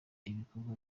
ibikorwa